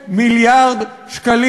1,000 מיליארד שקל,